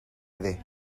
iddi